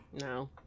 No